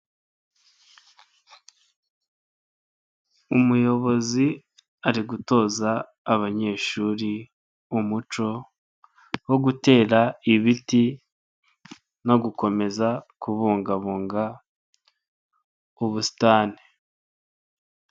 Umuyobozi ari gutoza abanyeshuri umuco wo gutera ibiti no gukomeza kubungabunga ubusitani.